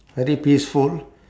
very peaceful